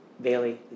Bailey